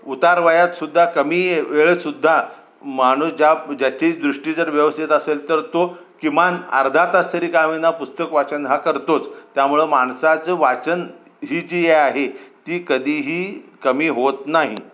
उतारवयातसुद्धा कमी वेळेत सुद्धा माणूस ज्या त्याची दृष्टी जर व्यवस्थित असेल तर तो किमान अर्धा तास तरी काही ना होईना पुस्तक वाचन हा करतोच त्यामुळं माणसाचं वाचन ही जी हे आहे ती कधीही कमी होत नाही